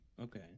Okay